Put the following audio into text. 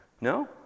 no